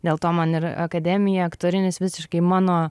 dėl to man ir akademija aktorinis visiškai mano